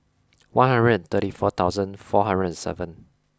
one hundred and thirty four thousand four hundred and seven